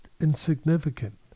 insignificant